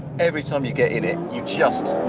every time you get in it you just